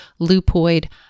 lupoid